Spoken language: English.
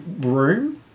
room